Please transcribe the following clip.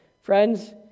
Friends